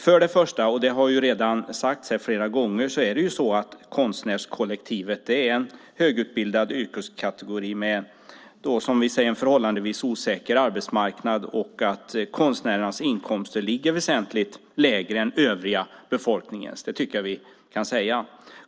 För det första - och det har redan sagts flera gånger - är det så att konstnärskollektivet är en högutbildad yrkeskategori med en förhållandevis osäker arbetsmarknad och att konstnärernas inkomster ligger väsentligt lägre än övriga befolkningens. Det tycker jag att vi kan säga.